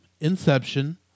Inception